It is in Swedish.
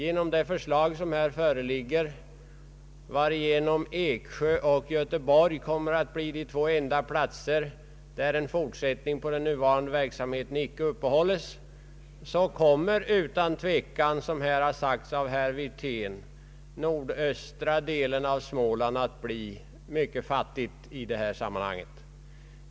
Enligt det förslag som här föreligger kommer Eksjö och Göteborg att bli de två enda platser där den nuvarande verksamheten icke kommer att fortsättas. Härigenom blir utan tvekan, som herr Wirtén här sagt, östra delen av Småland mycket fattigt i det avseende det här gäller.